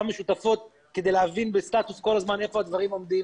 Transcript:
משותפות כדי להבין בסטטוס כל הזמן היכן הדברים עומדים.